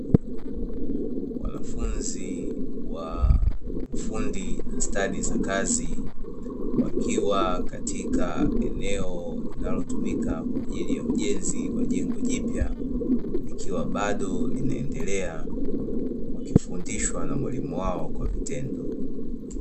Wanafunzi wa ufundi stadi za kazi, wakiwa katika eneo linalotumika kwa ajili ya ujenzi wa jengo jipya likiwa bado linaendelea, wakifundishwa na mwalimu wao kwa vitendo.